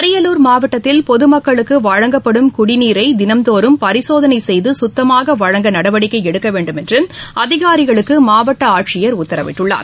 அரியலூர் மாவட்டத்தில் பொது மக்களுக்கு வழங்கப்படும் குடிநீரை தினந்தோறும் பரிசோதனை செய்து சுத்தமாக வழங்க நடவடிக்கை எடுக்க வேண்டும் என்று அதிகாரிகளுக்கு மாவட்ட ஆட்சியர் உத்தரவிட்டுள்ளார்